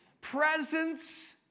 Presence